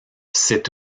c’est